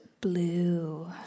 Blue